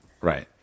Right